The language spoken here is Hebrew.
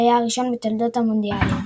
שהיה הראשון בתולדות המונדיאלים.